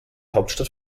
hauptstadt